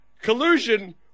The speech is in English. Collusion